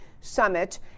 summit